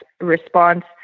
response